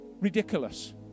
ridiculous